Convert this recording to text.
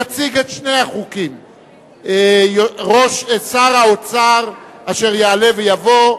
יציג את שני החוקים שר האוצר, אשר יעלה ויבוא.